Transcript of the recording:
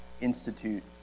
institute